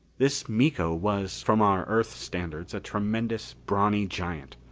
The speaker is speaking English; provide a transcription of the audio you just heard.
this miko was, from our earth standards, a tremendous, brawny giant.